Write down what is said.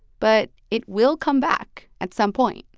but it will come back at some point.